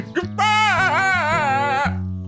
Goodbye